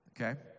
Okay